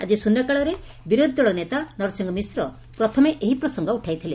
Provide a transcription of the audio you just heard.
ଆଜି ଶ୍ରନ୍ୟକାଳରେ ବିରୋଧୀ ଦଳ ନେତା ନରସିଂହ ମିଶ୍ର ପ୍ରଥମେ ଏହି ପ୍ରସଙ୍ଗ ଉଠାଇଥିଲେ